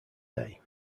day